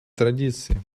традиции